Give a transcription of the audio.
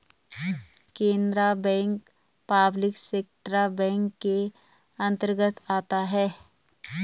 Canara bank public sector bank के अंतर्गत आता है